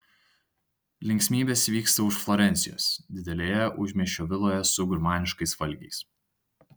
linksmybės vyksta už florencijos didelėje užmiesčio viloje su gurmaniškais valgiais